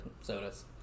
sodas